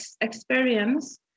experience